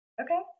Okay